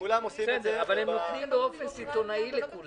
--- אבל הם נותנים באופן סיטונאי לכולם.